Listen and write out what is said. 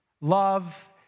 love